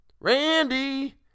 Randy